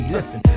Listen